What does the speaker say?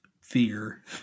fear